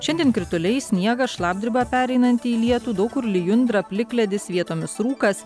šiandien krituliai sniegas šlapdriba pereinanti į lietų daug kur lijundra plikledis vietomis rūkas